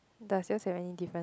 does yours have any different